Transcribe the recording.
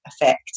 effect